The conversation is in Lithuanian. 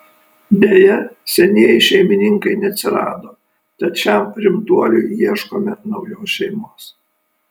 deja senieji šeimininkai neatsirado tad šiam rimtuoliui ieškome naujos šeimos